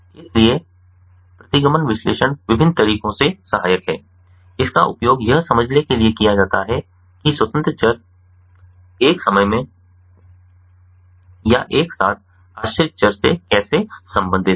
इसलिए प्रतिगमन विश्लेषण विभिन्न तरीकों से सहायक है इसका उपयोग यह समझने के लिए किया जा सकता है कि स्वतंत्र चर एक समय में या एक साथ आश्रित चर से कैसे संबंधित हैं